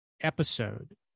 episode